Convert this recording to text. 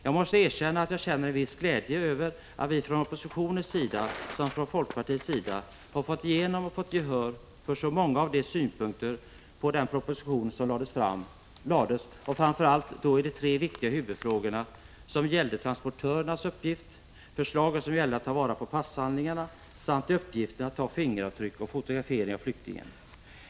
Jag måste erkänna att jag känner en viss glädje över att vi inom oppositionen och inom folkpartiet fått gehör för så många av våra synpunkter på propositionen, framför allt då i de tre viktiga huvudfrågorna, som var frågan om transportörernas uppgift, förslaget att ta vara på passhandlingarna samt uppgiften att ta fingeravtryck och fotografi av flyktingen.